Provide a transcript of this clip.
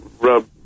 rub